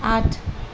আঠ